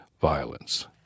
violence